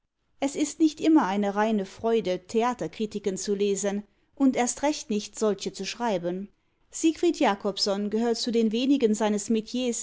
es ist nicht immer eine reine freude theaterkritiken zu lesen und erst recht nicht solche zu schreiben siegfried jacobsohn gehört zu den wenigen seines